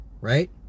right